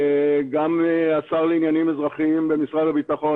גם השר לעניינים אזרחיים במשרד הביטחון,